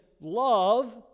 love